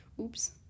Oops